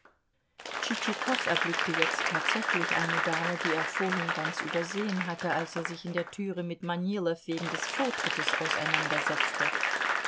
tschitschikow erblickte jetzt tatsächlich eine dame die er vorhin ganz übersehen hatte als er sich in der türe mit manilow wegen des vortrittes auseinandersetzte